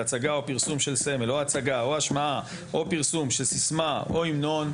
הצגה או פרסום של סמל או הצגה או השמעה או פרסום של סיסמה או המנון",